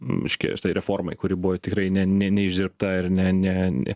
miške reformai kuri buvo tikrai ne ne neišdirbta ir ne ne ne